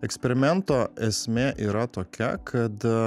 eksperimento esmė yra tokia kad